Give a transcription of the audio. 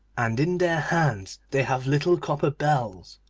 and in their hands they have little copper bells.